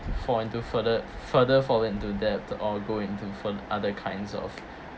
fall into further further fall into debt or go into fen~ other kinds of